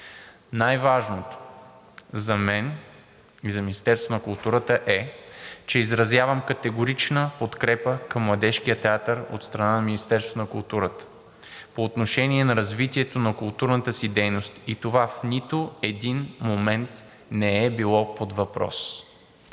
Най-важното за мен и за Министерството на културата е, че изразявам категорична подкрепа към Младежкия театър от страна на Министерството на културата по отношение на развитието на културната му дейност и това в нито един момент не е било под въпрос.